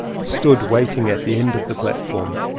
stood waiting at the end of the platform.